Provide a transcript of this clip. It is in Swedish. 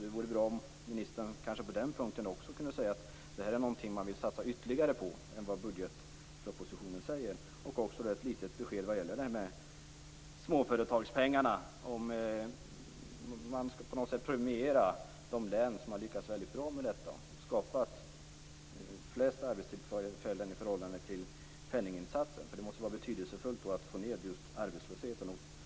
Det vore bra om ministern på den punkten kunde säga att det är något man vill satsa på ytterligare än vad som framkommer i budgetpropositionen. Det vore också bra med ett litet besked om småföretagspengarna. Skall de län som lyckats väldigt bra och skapat flest arbetstillfällen i förhållande till penninginsatsen premieras? Det måste vara betydelsefullt att få ned arbetslösheten.